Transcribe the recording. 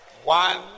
One